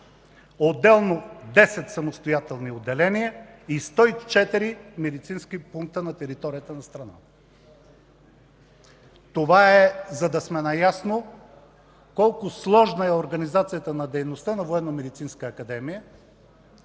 отделно 10 самостоятелни отделения и 104 медицински пункта на територията на страната. Това е, за да сме наясно колко сложна е организацията на дейността на